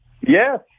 Yes